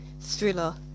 thriller